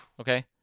okay